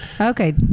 Okay